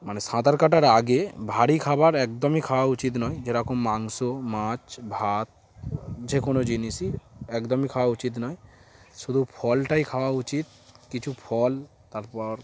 মানে সাঁতার কাটার আগে ভারী খাবার একদমই খাওয়া উচিত নয় যেরকম মাংস মাছ ভাত যে কোনো জিনিসই একদমই খাওয়া উচিত নয় শুধু ফলটাই খাওয়া উচিত কিছু ফল তারপর